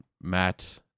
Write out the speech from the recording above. Matt